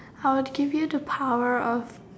I would give you the power of